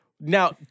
Now